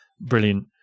brilliant